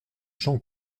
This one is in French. jean